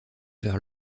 vers